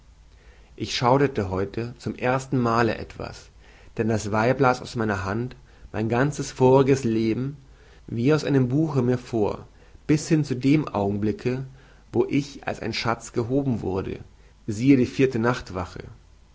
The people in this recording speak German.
ich schauderte heute zum erstenmale etwas denn das weib las aus meiner hand mein ganzes voriges leben wie aus einem buche mir vor bis hin zu dem augenblicke wo ich als ein schaz gehoben wurde s die vierte nachtwache